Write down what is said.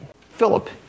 Philip